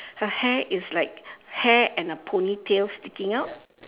her hair is like hair and a ponytail sticking out